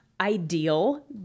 Ideal